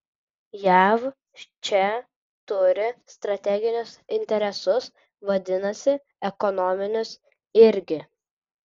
jav čia turi strateginius interesus vadinasi ekonominius irgi